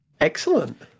Excellent